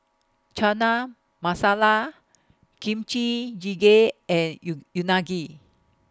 Chana Masala Kimchi Jjigae and YOU Unagi